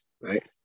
right